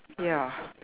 ya